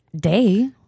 day